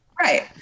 right